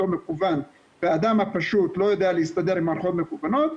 מקוון והאדם הפשוט לא יודע להסתדר עם מערכות מקוונות,